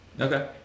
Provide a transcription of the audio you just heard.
Okay